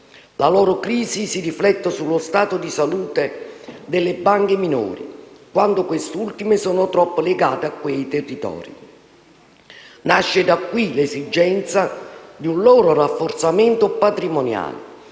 La loro crisi si riflette sullo stato di salute delle banche minori, quando queste ultime sono troppo legate a quei territori. Nasce da qui l'esigenza di un loro rafforzamento patrimoniale.